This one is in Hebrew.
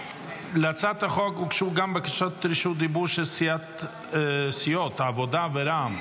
להצעת החוק הוגשו גם בקשות רשות דיבור של סיעות העבודה ורע"מ.